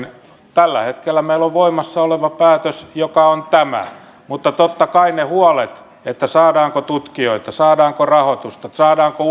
tällä hetkellä meillä on voimassa oleva päätös joka on tämä mutta totta kai ne huolet että saadaanko tutkijoita saadaanko rahoitusta saadaanko